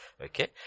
okay